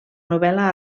novel·la